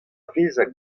vezañ